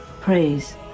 praise